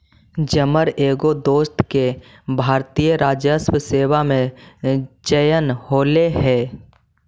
जमर एगो दोस्त के भारतीय राजस्व सेवा में चयन होले हे